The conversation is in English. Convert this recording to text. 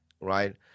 right